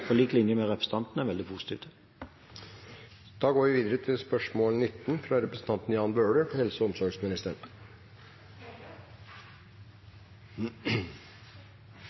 på lik linje med representanten, er veldig positiv til. Jeg tillater meg å stille følgende spørsmål